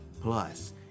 Plus